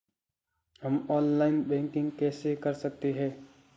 हम online banking कैसे कर सकते हैं?